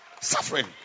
Suffering